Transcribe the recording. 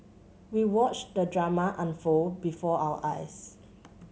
we watched the drama unfold before our eyes